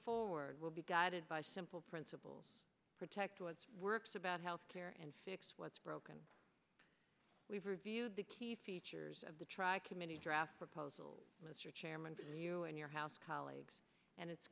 forward will be guided by simple principles protect what works about health care and fix what's broken we've reviewed the key features of the tri committee draft proposal mr chairman you and your house colleagues and it's